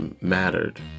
mattered